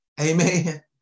Amen